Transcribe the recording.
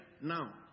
now